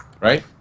right